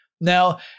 Now